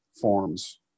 forms